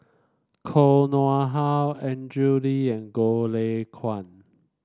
Koh Nguang How Andrew Lee and Goh Lay Kuan